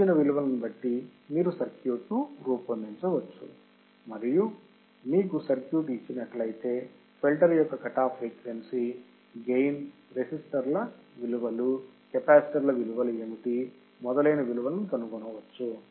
ఇచ్చిన విలువలను బట్టి మీరు సర్క్యూట్ను రూపొందించవచ్చు మరియు మీరకు సర్క్యూట్ ఇచ్చినట్లయితే ఫిల్టర్ యొక్క cut off frequency gain resistor ల విలువాలు కెపాసిటర్ ల విలువలు ఏమిటి మొదలైన విలువలను కనుక్కోవచ్చు